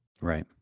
Right